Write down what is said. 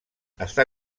està